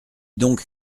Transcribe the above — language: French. donc